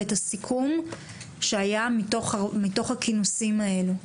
ואת הסיכום שיהיה מתוך הכינוסים האלה.